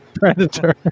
Predator